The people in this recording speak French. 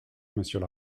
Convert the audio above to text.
monsieur